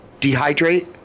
dehydrate